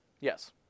Yes